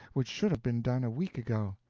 which should have been done a week ago.